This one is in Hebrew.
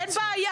אין בעיה,